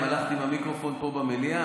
אם הלכת עם המיקרופון פה במליאה,